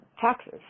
taxes